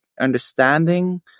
understanding